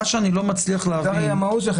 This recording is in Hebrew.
מה שאני לא מצליח להבין --- זה הרי המהות שלכם